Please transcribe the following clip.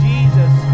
Jesus